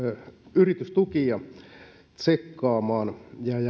yritystukia tsekkaamaan